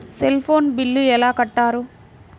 Cell phone bill ఎలా కట్టారు?